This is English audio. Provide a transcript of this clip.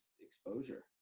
exposure